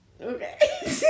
Okay